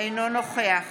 אינו נוכח